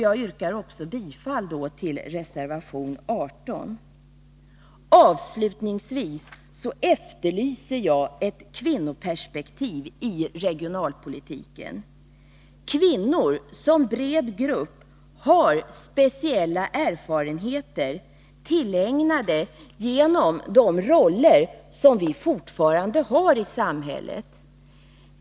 Jag yrkar bifall till reservation 18. Avslutningsvis efterlyser jag ett kvinnoperspektiv i regionalpolitiken. Kvinnor som bred grupp har speciella erfarenheter tillägnade genom de roller som kvinnor fortfarande har i samhället.